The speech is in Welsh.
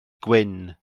gwyn